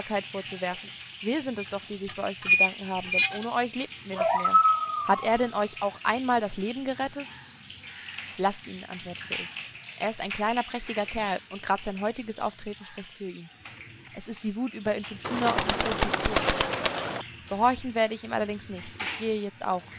vorzuwerfen wir sind es doch die sich bei euch zu bedanken haben denn ohne euch lebten wir nicht mehr hat er euch denn auch einmal das leben gerettet laßt ihn antwortete ich er ist ein kleiner prächtiger kerl und grad sein heutiges auftreten spricht für ihn es ist die wut über intschu tschunas und nscho tschis tod gehorchen werde ich ihm allerdings nicht ich gehe jetzt auch